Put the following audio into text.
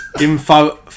info